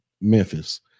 Memphis